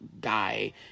guy